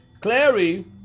Clary